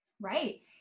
Right